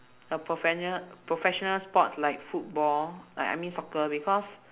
the profen~ professional sports like football like I mean soccer because